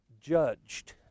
judged